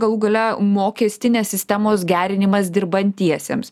galų gale mokestinės sistemos gerinimas dirbantiesiems